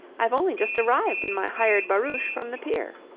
i've only just arrived in my hired barouche from the pier.